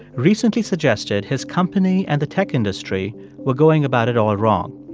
recently suggested his company and the tech industry were going about it all wrong.